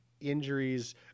injuries